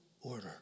order